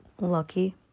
Lucky